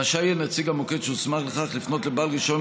רשאי יהיה נציג המוקד שהוסמך לכך לפנות לבעל רישיון